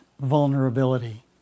vulnerability